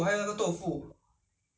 mm